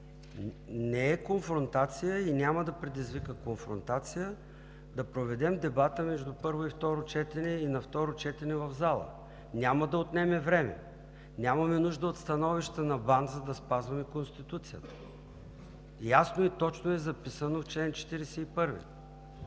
Не е конфронтация и няма да предизвика конфронтация да проведем дебата между първо и второ четене и на второ четене в залата. Няма да отнеме време. Нямаме нужда от становища на БАН, за да спазваме Конституцията. Ясно и много точно е записано в чл. 41,